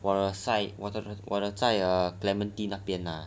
我的在 clementi 那边 lah